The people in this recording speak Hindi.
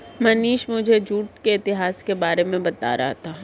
मनीष मुझे जूट के इतिहास के बारे में बता रहा था